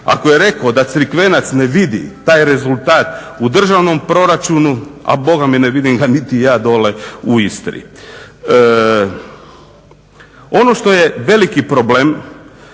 Ako je rekao da Cirkvenac ne vidi taj rezultat u državnom proračunu a boga mi ne vidim ga niti ja dole u Istri. Ono što je veliki problem